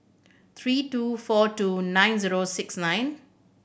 three two four two nine zero six nine